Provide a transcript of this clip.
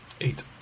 eight